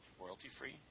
royalty-free